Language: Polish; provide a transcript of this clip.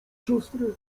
siostrę